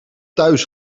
thuis